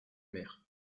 mer